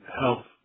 health